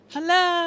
Hello